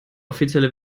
offizielle